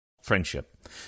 friendship